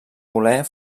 voler